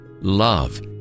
love